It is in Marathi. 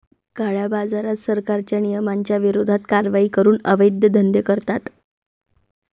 काळ्याबाजारात, सरकारच्या नियमांच्या विरोधात कारवाई करून अवैध धंदे करतात